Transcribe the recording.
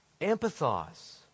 empathize